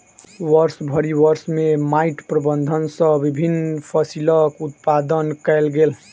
वर्षभरि वर्ष में माइट प्रबंधन सॅ विभिन्न फसिलक उत्पादन कयल गेल